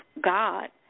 God